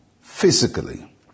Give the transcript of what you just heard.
physically